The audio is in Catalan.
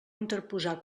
interposar